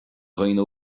dhaoine